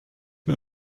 wir